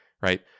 right